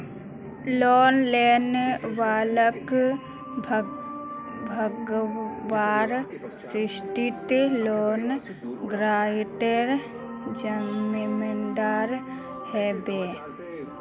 loan लेने वालाक भगवार स्थितित लोन गारंटरेर जिम्मेदार ह बे